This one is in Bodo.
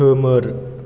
खोमोर